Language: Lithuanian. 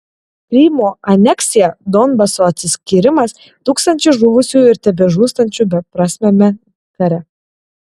krymo aneksija donbaso atsiskyrimas tūkstančiai žuvusiųjų ir tebežūstančių beprasmiame kare